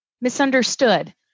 misunderstood